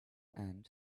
and